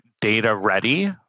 data-ready